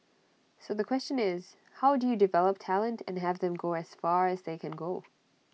so the question is how do you develop talent and have them go as far as they can go